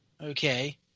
okay